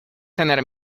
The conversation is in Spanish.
tener